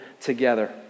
together